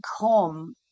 come